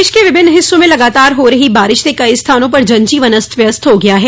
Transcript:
प्रदेश के विभिन्न हिस्सों में लगातार हो रही बारिश से कई स्थानों पर जन जीवन अस्त व्यवस्त हो गया है